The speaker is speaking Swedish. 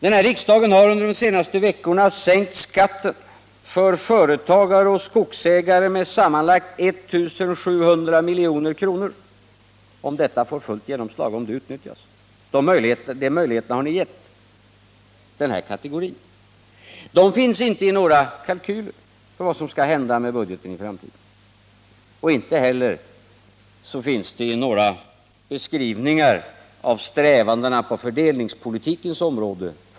Den här riksdagen har under de senaste veckorna sänkt skatten för företagare och skogsägare med sammanlagt 1 700 milj.kr., om de möjligheter som ni har givit dessa kategorier utnyttjas fullt ut. Dessa pengar finns inte med i några kalkyler om vad som skall hända med budgeten i framtiden. Inte heller finns de med i några beskrivningar av folkpartiets strävanden på fördelningspolitikens område.